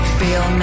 feel